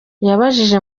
yabajije